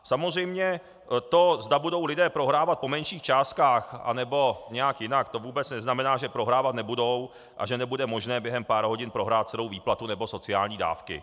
Samozřejmě to, zda budou lidé prohrávat po menších částkách nebo nějak jinak, to vůbec neznamená, že prohrávat nebudou a že nebude možné během pár hodin prohrát celou výplatu nebo sociální dávky.